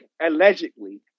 Allegedly